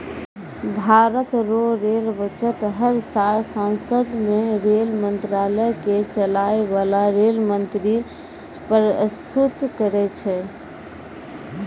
भारत रो rail budget हर साल सांसद मे रेल मंत्रालय के चलाय बाला रेल मंत्री परस्तुत करै छै